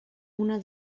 una